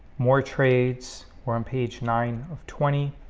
more trades or on page nine of twenty